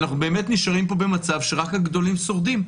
אנחנו נשארים פה במצב שרק הגדולים שורדים,